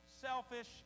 selfish